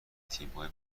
تیمهای